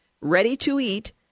ready-to-eat